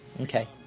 Okay